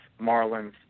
Marlins